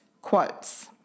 quotes